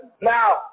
Now